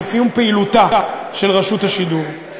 עם סיום פעילותה של רשות השידור.